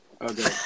Okay